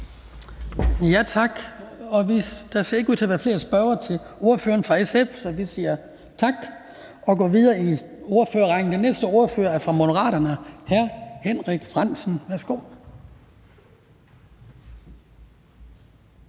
Tak. Der ser ikke ud til at være flere, der har spørgsmål til ordføreren for SF, så vi siger tak og går videre i ordførerrækken. Den næste ordfører er fra Moderaterne. Hr. Henrik Frandsen, værsgo.